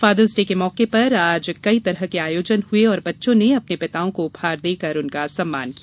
fathers Day के मौके पर आज कई तरह के आयोजन हुए और बच्चों ने अपने पिताओं को उपहार देकर उनका सम्मान किया